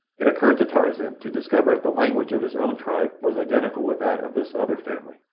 it occurred to tarzan to discover if the language of his own tribe was identical with that of this other family,